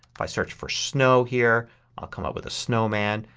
if i search for snow here i'll come up with a snowman.